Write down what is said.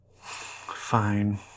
Fine